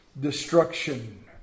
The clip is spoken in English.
Destruction